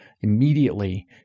immediately